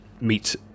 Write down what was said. meet